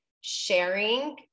sharing